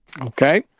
Okay